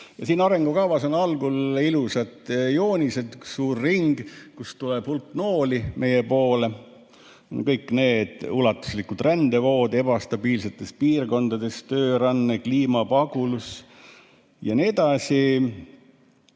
Siin arengukavas on algul ilusad joonised, siin on suur ring, kust tuleb hulk nooli meie poole, kõik need ulatuslikud rändevood ebastabiilsetest piirkondadest, tööränne, kliimapagulus jne. Kõik